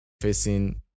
facing